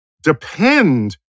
depend